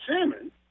salmon